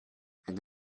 and